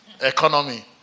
economy